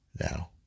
now